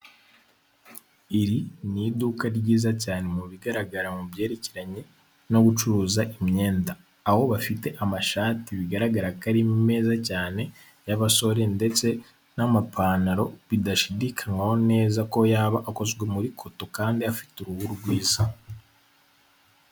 Iri ni iduka ryiza cyane mu bigaragara mu byerekeranye no gucuruza imyenda. Aho bafite amashati bigaragara ko ari meza cyane y'abasore ndetse n'amapantaro bidashidikanywaho neza ko yaba akozwe muri koto kandi afite uruhu rwiza.